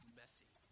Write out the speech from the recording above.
messy